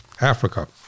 Africa